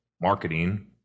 marketing